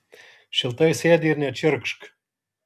šiltai sėdi ir nečirkšk